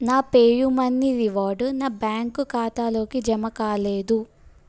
నా PayU money reward నా bank ఖాతాలోకి జమ కాలేదు